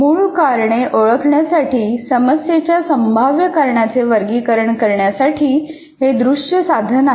मूळ कारणे ओळखण्यासाठी समस्येच्या संभाव्य कारणांचे वर्गीकरण करण्यासाठी हे दृश्य साधन आहे